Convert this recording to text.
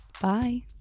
Bye